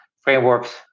frameworks